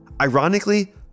Ironically